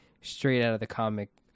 straight-out-of-the-comic